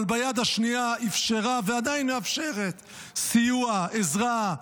אבל ביד השנייה אפשרה ועדיין מאפשרת סיוע, עזרה,